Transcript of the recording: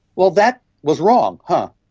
well, that was wrong. but